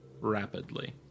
rapidly